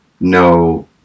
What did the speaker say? no